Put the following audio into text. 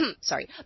sorry